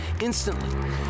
instantly